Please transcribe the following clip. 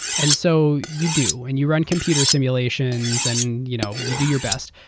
and so you do. and you run computer simulations and you know you do your best.